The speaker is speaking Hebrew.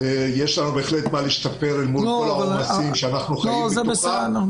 יש לנו בהחלט מה להשתפר אל מול כל העומסים שאנחנו חיים בתוכם.